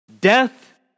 death